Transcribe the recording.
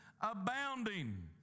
abounding